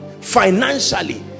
financially